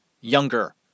younger